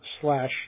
slash